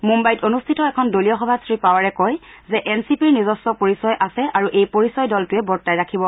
মুদ্বাইত অনুষ্ঠিত এখন দলীয় সভাত শ্ৰীপাৱাৰে কয় যে এন চি পিৰ নিজস্ব পৰিচয় আছে আৰু এই পৰিচয় দলটোৱে বৰ্তাই ৰাখিব